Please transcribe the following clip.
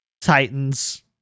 Titans